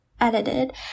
edited